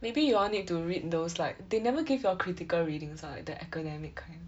maybe y'all need to read those like they never give y'all critical readings like the academic kind